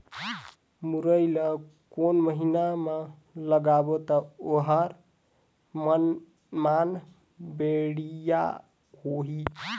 मुरई ला कोन महीना मा लगाबो ता ओहार मान बेडिया होही?